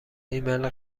ایمیل